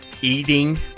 Eating